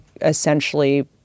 essentially